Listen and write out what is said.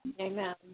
Amen